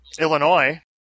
Illinois